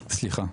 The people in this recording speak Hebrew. סליחה.